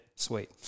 Sweet